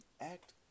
act